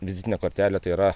vizitinė kortelė tai yra